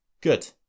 Good